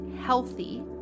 healthy